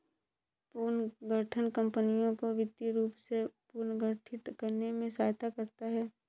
पुनर्गठन कंपनियों को वित्तीय रूप से पुनर्गठित करने में सहायता करता हैं